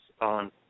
on